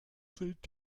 sind